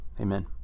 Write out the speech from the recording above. Amen